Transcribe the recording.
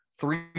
three